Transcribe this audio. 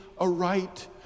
aright